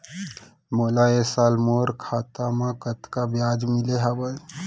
मोला ए साल मोर खाता म कतका ब्याज मिले हवये?